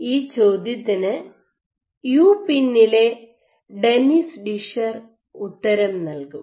ഈ ചോദ്യത്തിന് യുപിന്നിലെ ഡെന്നിസ് ഡിഷർ ഉത്തരം നൽകും